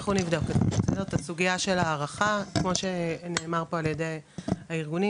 אנחנו נבדוק את הסוגיה של הארכה כמו שנאמר פה על ידי הארגונים,